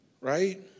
Right